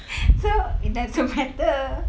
so it doesn't matter